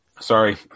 Sorry